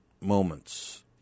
moments